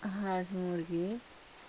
হাঁস মুরগী